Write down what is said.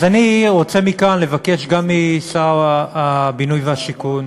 אז אני רוצה מכאן לבקש גם משר הבינוי והשיכון: